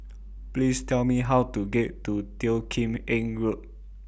Please Tell Me How to get to Teo Kim Eng Road